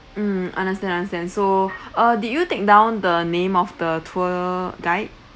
mm understand understand so uh did you take down the name of the tour guide